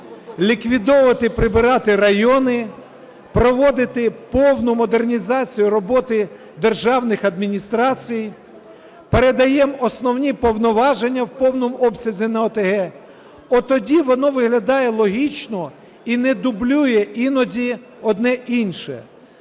ліквідовувати і прибирати райони, проводити повну модернізацію роботи державних адміністрацій, передаємо основні повноваження в повному обсязі на ОТГ, от тоді воно виглядає логічно і не дублює іноді одне інше.